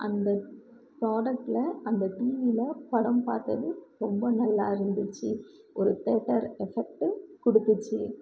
அந்த ப்ராடக்ட்டில் அந்த டிவியில் படம் பார்க்குறது ரொம்ப நல்லா இருந்துச்சு ஒரு தியேட்டர் எஃபெக்ட்டு கொடுத்துச்சி